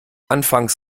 anfangs